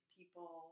people